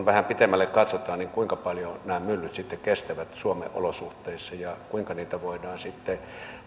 vähän pitemmälle katsotaan siitä kuinka paljon nämä myllyt sitten kestävät suomen olosuhteissa ja kuinka niitä voidaan sitten